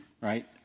right